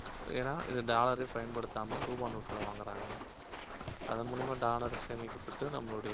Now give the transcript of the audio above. ஏன்னால் இது டாலரே பயன்படுத்தாமல் ரூபாய் நோட்டில் வாங்கிறாங்க அதன் மூலயமா டாலர் சேமிக்கப்பட்டு நம்மளுடைய